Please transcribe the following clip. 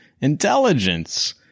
intelligence